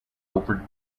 over